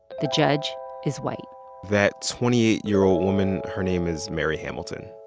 the judge is white that twenty eight year old woman, her name is mary hamilton.